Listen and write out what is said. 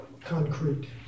concrete